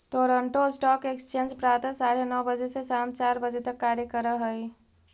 Toronto stock exchange प्रातः साढ़े नौ बजे से सायं चार बजे तक कार्य करऽ हइ